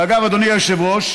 אגב, אדוני היושב-ראש,